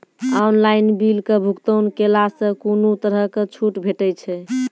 Online बिलक भुगतान केलासॅ कुनू तरहक छूट भेटै छै?